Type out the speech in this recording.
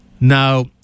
Now